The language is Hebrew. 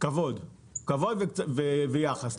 כבוד ויחס.